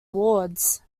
wards